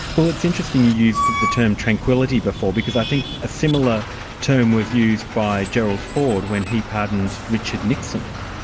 well it's interesting you used the term tranquility before, because i think a similar term was used by gerald ford when he pardoned richard nixon.